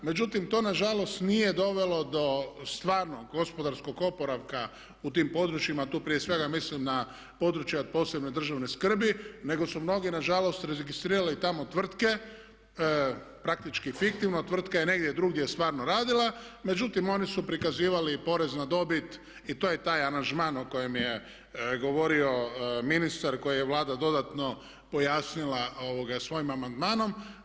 Međutim, to nažalost nije dovelo do stvarnog gospodarskog oporavka u tim područjima, tu prije svega mislim na područja od posebne državne skrbi nego su mnogi na žalost registrirali tamo tvrtke, praktički fiktivno a tvrtka je negdje drugdje stvarno radila međutim oni su prikazivali i porez na dobit i to je taj aranžman o kojem je govorio ministar koji je Vlada dodatno pojasnila svojim amandmanom.